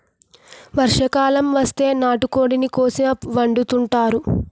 వర్షాకాలం వస్తే నాటుకోడిని కోసేసి వండుకుంతారు